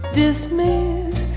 dismiss